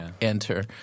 enter